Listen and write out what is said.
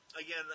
Again